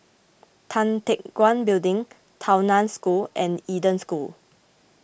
Tan Teck Guan Building Tao Nan School and Eden School